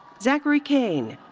zachary kane.